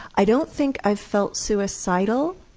i don't think i've felt suicidal